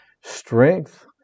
strength